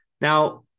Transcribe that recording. Now